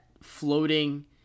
floating